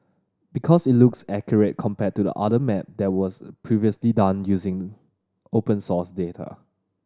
because it looks accurate compared to the another map that was previously done also using open source data